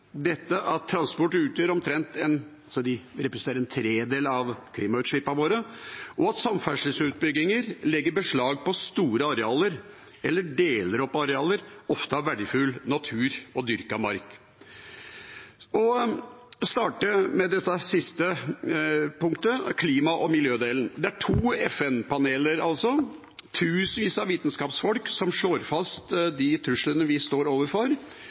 dette siste punktet, klima- og miljødelen. Det er to FN-paneler, tusenvis av vitenskapsfolk, som slår fast de truslene vi står overfor.